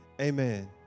Amen